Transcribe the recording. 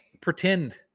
pretend